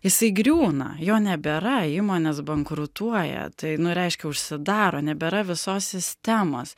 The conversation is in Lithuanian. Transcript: jisai griūna jo nebėra įmonės bankrutuoja tai nu reiškia užsidaro nebėra visos sistemos